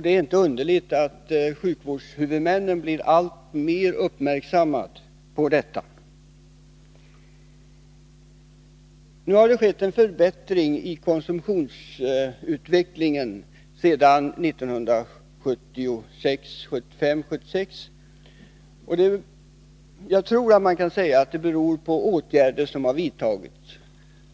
Det är inte underligt att sjukvårdshuvudmännen blir alltmer uppmärksammade på detta. Nu har det skett en förbättring av konsumtionsutvecklingen sedan 1975-1976. Jag tror att man kan säga att det beror på åtgärder som vidtagits.